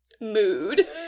Mood